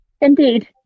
Indeed